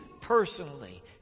personally